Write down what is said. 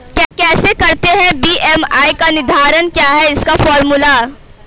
कैसे करते हैं बी.एम.आई का निर्धारण क्या है इसका फॉर्मूला?